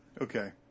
Okay